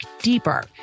deeper